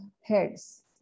heads